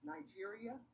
Nigeria